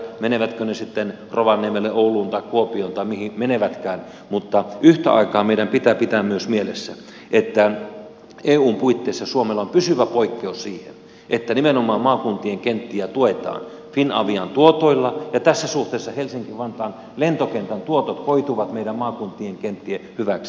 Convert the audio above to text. menevätkö ne sitten rovaniemelle ouluun tai kuopioon tai mihin menevätkään mutta yhtä aikaa meidän pitää pitää myös mielessä että eun puitteissa suomella on pysyvä poikkeus siihen että nimenomaan maakuntien kenttiä tuetaan finavian tuotoilla ja tässä suhteessa helsinki vantaan lentokentän tuotot koituvat meidän maakuntien kenttien hyväksi